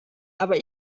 aber